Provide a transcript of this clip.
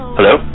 Hello